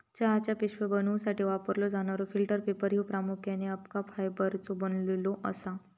चहाच्या पिशव्या बनवूसाठी वापरलो जाणारो फिल्टर पेपर ह्यो प्रामुख्याने अबका फायबरचो बनलेलो असता